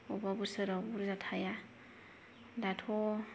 अबेबा बोसोराव बुरजा थाया दाथ'